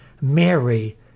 Mary